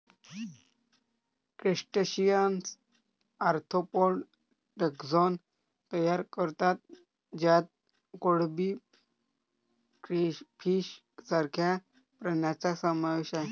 crustaceans arthropod taxon तयार करतात ज्यात कोळंबी, क्रेफिश सारख्या प्राण्यांचा समावेश आहे